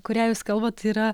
kurią jūs kalbat yra